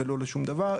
ולא לשום דבר,